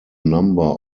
number